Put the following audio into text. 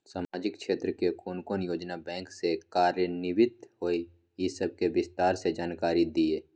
सामाजिक क्षेत्र के कोन कोन योजना बैंक स कार्यान्वित होय इ सब के विस्तार स जानकारी दिय?